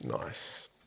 Nice